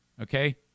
Okay